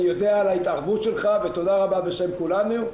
אני יודע על ההתערבות שלך ותודה רבה בשם כולנו.